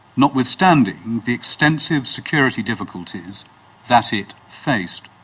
notwithstanding the extensive security difficulties that it faced.